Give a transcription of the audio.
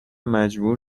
مجبور